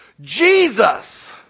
Jesus